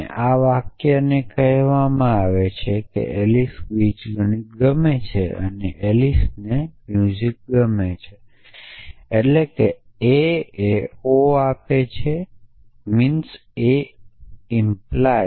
અને આ વાક્ય કહે છે કે એલિસ બીજગણિત ગમે છે અને એલિસ ને મ્યુજિક ગમે છે એટ્લે કે a એ o આપે છે a 🡪 o